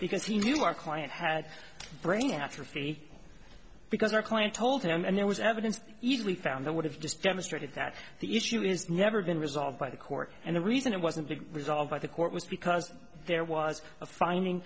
because he knew our client had brain atrophy because our client told him and there was evidence easily found that would have just demonstrated that the issue is never been resolved by the court and the reason it wasn't being resolved by the court was because there was a finding